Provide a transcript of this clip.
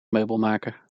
meubelmaker